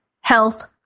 Health